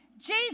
Jesus